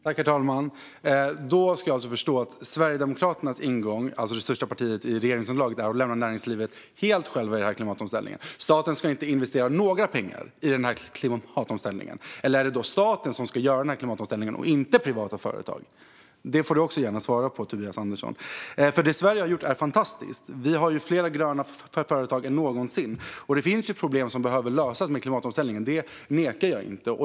Herr talman! Då ska jag alltså förstå att Sverigedemokraternas ingång - alltså det största partiet i regeringsunderlaget - är att näringslivet ska lämnas helt själv i klimatomställningen. Staten ska inte investera några pengar i klimatomställningen - eller är det staten som ska göra klimatomställningen och inte de privata företagen? Det får Tobias Andersson också gärna svara på. Det Sverige har gjort är fantastiskt. Vi har fler gröna företag än någonsin. Det finns problem som behöver lösas med klimatomställningen, det förnekar jag inte.